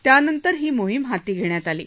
त्यानंतर ही मोहीम हाती घेण्यात आली आहे